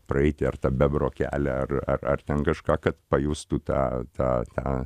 praeiti ar tą bebro kelią ar ar ar ten kažką kad pajustų tą tą tą